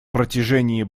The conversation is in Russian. протяжении